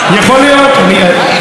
חברת הכנסת ורבין,